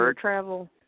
travel